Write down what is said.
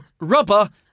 rubber